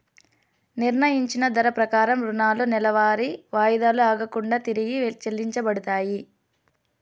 నిర్ణయించిన ధర ప్రకారం రుణాలు నెలవారీ వాయిదాలు ఆగకుండా తిరిగి చెల్లించబడతాయి